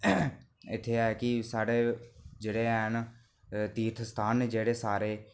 ते इत्थै ऐ कि साढ़े जेह्ड़े हैन तीर्थ स्थान न जेह्ड़े सारे